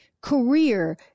career